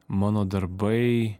mano darbai